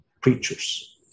preachers